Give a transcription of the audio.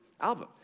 album